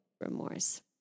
remorse